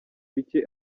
bike